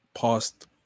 past